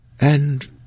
And—